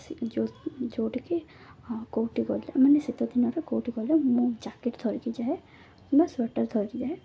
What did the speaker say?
ଯେଉଁ ଯେଉଁଠିକି କେଉଁଠି ଗଲେ ମାନେ ଶୀତ ଦିନରେ କେଉଁଠି ଗଲେ ମୁଁ ଜ୍ୟାକେଟ୍ ଥରିକି ଯାଏ କିମ୍ବା ସ୍ଵେଟର୍ ଥରିକି ଯାଏ